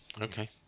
okay